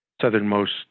southernmost